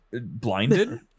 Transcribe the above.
Blinded